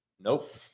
nope